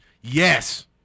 Yes